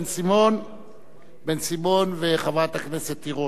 בן-סימון וחברת הכנסת תירוש.